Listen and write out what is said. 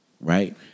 right